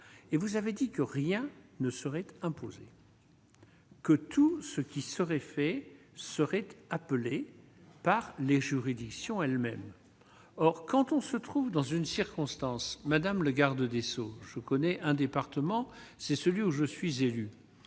et vous avez dit que rien ne saurait être imposé. Que tous ceux qui seraient faits serait appelée par les juridictions elle-même, or quand on se trouve dans une circonstance madame le Garde des Sceaux, je connais un département c'est celui où je suis élu,